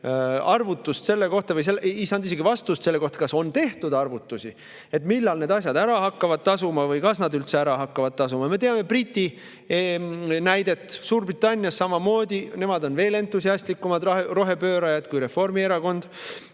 arvutust selle kohta või ei saanud isegi vastust selle kohta, kas on tehtud arvutusi, millal need asjad ära hakkavad tasuma või kas nad üldse ära hakkavad tasuma. Me teame Briti näidet. Suurbritannias samamoodi – nemad on veel entusiastlikumad rohepöörajad kui Reformierakond